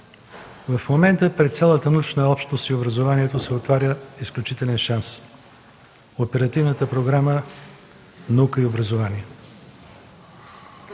В момента пред цялата научна общност и образованието се отваря изключителен шанс – Оперативната програма „Наука и образование”.